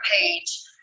page